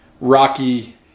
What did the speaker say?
rocky